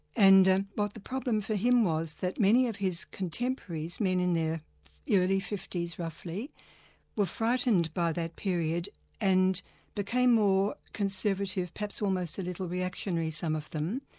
and what and but the problem for him was that many of his contemporaries, men in their yeah early fifty s roughly were frightened by that period and became more conservative, perhaps almost a little reactionary some of them.